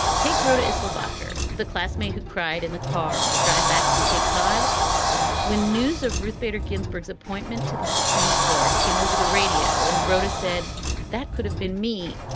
take rhoda issel bucker, the classmate who cried in the car on the drive back from cape cod when news of ruth bader ginsburg appointment to the supreme court came over the radio and rhoda said that could have been me.